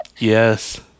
Yes